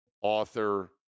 author